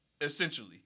essentially